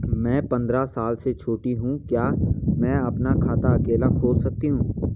मैं पंद्रह साल से छोटी हूँ क्या मैं अपना खाता अकेला खोल सकती हूँ?